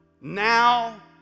now